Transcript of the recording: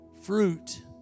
fruit